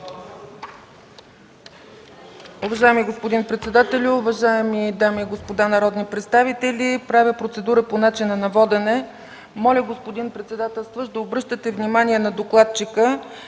Уважаеми господин председателю, уважаеми дами и господа народни представители! Правя процедура по начина на водене. Моля, господин председателстващ, да обръщате внимание на докладчика,